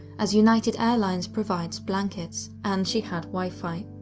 as united airlines provides blankets and she had wifi.